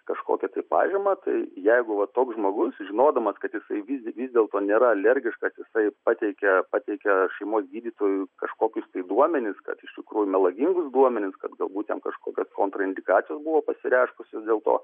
kažkokią tai pažymą tai jeigu va toks žmogus žinodamas kad jisai vis dėlto nėra alergiškas jisai pateikia pateikia šeimos gydytojui kažkokius duomenis kad iš tikrųjų melagingus duomenis kad galbūt jam kažkokios kontraindikacijos buvo pasireiškusios dėl to